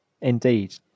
Indeed